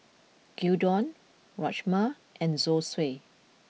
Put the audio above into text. Gyudon Rajma and Zosui